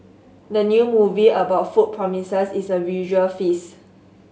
the new movie about food promises is a visual feast